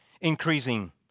increasing